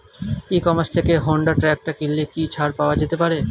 E commerce থেকে Honda tractor কিনলে কি ছাড় পাওয়া যেতে পারে?